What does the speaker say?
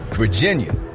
Virginia